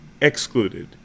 excluded